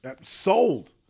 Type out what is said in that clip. Sold